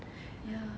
ya